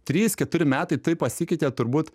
trys keturi metai tai pasikeitė turbūt